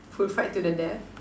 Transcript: food fight to the death